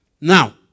Now